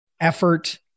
effort